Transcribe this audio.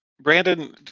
Brandon